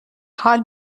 حال